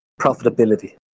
Profitability